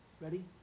Ready